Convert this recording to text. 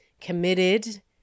committed